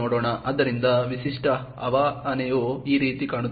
ಆದ್ದರಿಂದ ವಿಶಿಷ್ಟ printf ಆವಾಹನೆಯು ಈ ರೀತಿ ಕಾಣುತ್ತದೆ